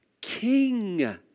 king